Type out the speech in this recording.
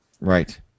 Right